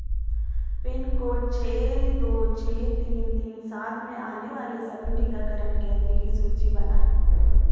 pin code छः दो छः तीन तीन सात में आने वाले सभी टीकाकरण केंद्र की सूची बनाएँ